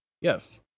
Yes